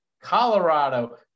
Colorado